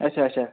اچھا اچھا